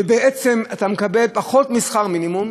ובעצם אתה מקבל פחות משכר מינימום,